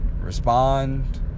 respond